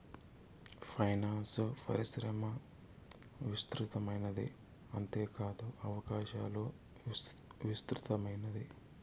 finance పరిశ్రమ విస్తృతమైనది అంతేకాదు అవకాశాలు విస్తృతమైనది